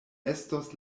estos